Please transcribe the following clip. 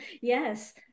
yes